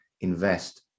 invest